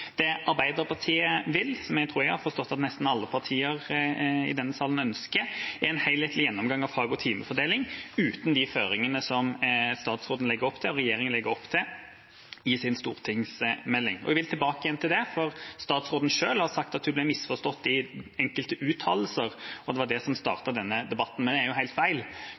Det Arbeiderpartiet vil ha, som jeg har forstått at nesten alle partier i denne salen ønsker, er en helhetlig gjennomgang av fag- og timefordeling uten de føringene som statsråden og regjeringa legger opp til i sin stortingsmelding. Jeg vil tilbake til det. Statsråden selv har sagt at hun ble misforstått i enkelte uttalelser, og at det var det som startet denne debatten, men det er jo helt feil.